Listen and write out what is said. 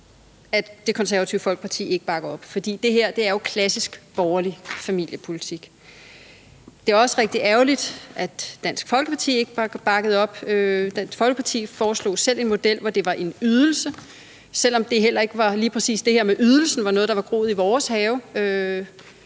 at Det Konservative Folkeparti ikke bakker op, for det her er jo klassisk borgerlig familiepolitik. Det er også rigtig ærgerligt, at Dansk Folkeparti ikke bakker op. Dansk Folkeparti foreslog selv en model, hvor det var en ydelse, og selv om lige præcis det her med ydelsen heller ikke var noget, der var groet i vores have,